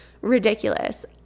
ridiculous